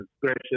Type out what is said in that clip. gracious